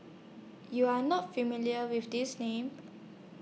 YOU Are not familiar with These Names